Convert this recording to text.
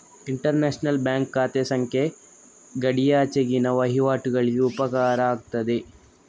inter national bank ಖಾತೆ ಸಂಖ್ಯೆ ಗಡಿಯಾಚೆಗಿನ ವಹಿವಾಟುಗಳಿಗೆ ಉಪಕಾರ ಆಗ್ತದೆ